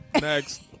Next